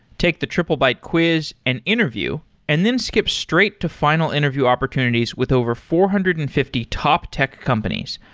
take the triplebyte quiz and interview and then skip straight to final interview opportunities with over four hundred and fifty top tech companies,